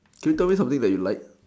can you tell me something that you like